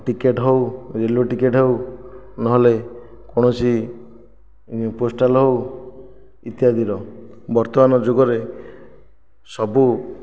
ticket ହେଉ railway ticket ହେଉ ନହେଲେ କୌଣସି ପୋଷ୍ଟାଲ ହେଉ ଇତ୍ୟାଦିର ବର୍ତ୍ତମାନ ଯୁଗରେ ସବୁ